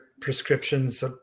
prescriptions